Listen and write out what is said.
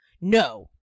No